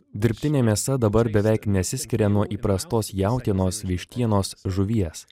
dirbtinė mėsa dabar beveik nesiskiria nuo įprastos jautienos vištienos žuvies